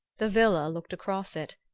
the villa looked across it,